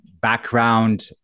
background